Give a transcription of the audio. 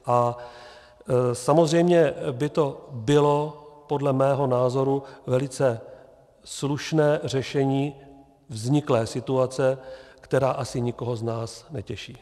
A samozřejmě by to bylo podle mého názoru velice slušné řešení vzniklé situace, která asi nikoho z nás netěší.